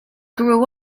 grew